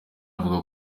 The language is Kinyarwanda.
avuga